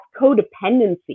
codependency